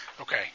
Okay